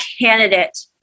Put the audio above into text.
candidate